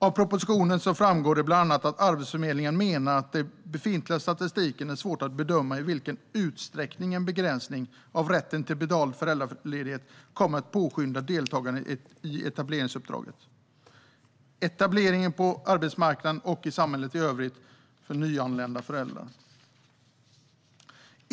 Av propositionen framgår det bland annat att Arbetsförmedlingen menar att det av befintlig statistik är svårt att bedöma i vilken utsträckning en begränsning av rätten till betald föräldraledighet kommer att påskynda deltagande i etableringsuppdraget och etableringen på arbetsmarknaden och i samhället i övrigt för nyanlända föräldrar.